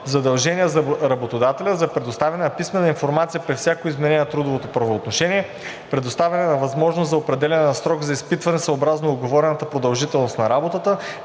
задължение за работодателя за предоставяне на писмена информация при всяко изменение на трудовото правоотношение; предоставяне на възможност за определяне на срок за изпитване съобразно уговорената продължителност на работата;